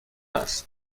است